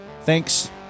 Thanks